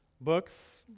books